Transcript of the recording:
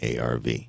ARV